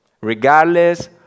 regardless